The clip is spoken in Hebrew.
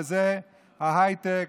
וזה ההייטק,